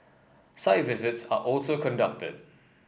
site visits are also conducted